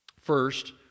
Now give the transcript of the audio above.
First